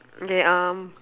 okay um